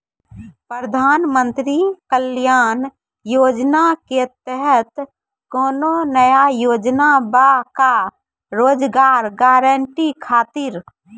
प्रधानमंत्री कल्याण योजना के तहत कोनो नया योजना बा का रोजगार गारंटी खातिर?